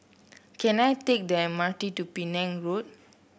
can I take the M R T to Penang Road